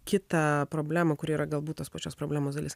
kitą problemą kuri yra galbūt tos pačios problemos dalis